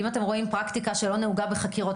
אם אתם רואים פרקטיקה שלא נהוגה בחקירות,